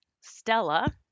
Stella